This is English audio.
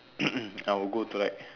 I would go to like